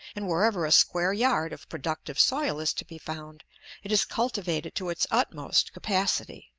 and wherever a square yard of productive soil is to be found it is cultivated to its utmost capacity.